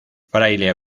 fraile